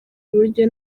uburyo